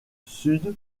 sud